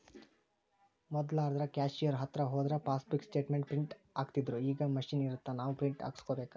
ಮೊದ್ಲಾದ್ರ cashier ಹತ್ರ ಹೋದ್ರ passbook statement print ಹಾಕ್ತಿತ್ದ್ರುಈಗ ಮಷೇನ್ ಇರತ್ತ ನಾವ ಪ್ರಿಂಟ್ ಹಾಕಸ್ಕೋಬೇಕ